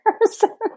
person